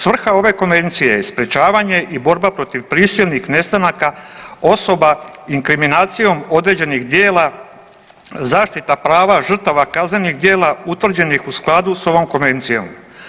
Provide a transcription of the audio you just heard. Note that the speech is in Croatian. Svrha ove konvencije je sprječavanje i borba protiv prisilnih nestanaka osoba inkriminacijom određenih djela, zaštita prava žrtava kaznenih djela utvrđenih u skladu sa ovom konvencijom.